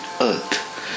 earth